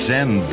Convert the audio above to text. Send